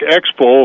Expo